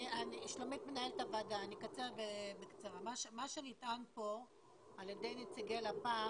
אני אקצר בקצרה, מה שנטען פה על ידי נציגי לפ"מ